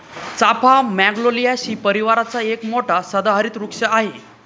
चाफा मॅग्नोलियासी परिवाराचा एक मोठा सदाहरित वृक्ष आहे